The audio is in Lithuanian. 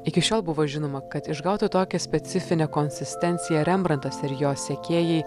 iki šiol buvo žinoma kad išgautų tokią specifinę konsistenciją rembrantas ir jo sekėjai